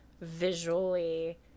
visually –